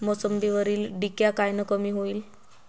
मोसंबीवरील डिक्या कायनं कमी होईल?